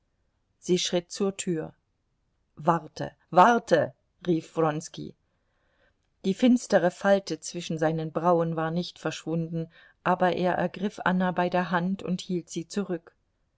sie schritt zur tür warte warte rief wronski die finstere falte zwischen seinen brauen war nicht verschwunden aber er ergriff anna bei der hand und hielt sie zurück